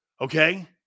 Okay